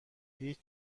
هیچ